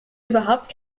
überhaupt